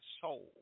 soul